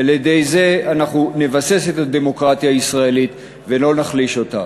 ועל-ידי זה אנחנו נבסס את הדמוקרטיה הישראלית ולא נחליש אותה.